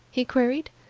he queried.